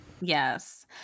Yes